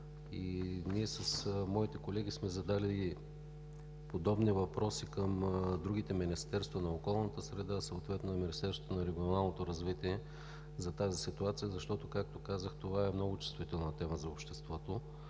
Ние с моите колеги сме задали подобни въпроси и към другите министерства – на околната среда, съответно на Министерството на регионалното развитие, за тази ситуация, защото, както казах, това е много чувствителна тема за обществото.